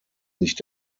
nicht